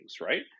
right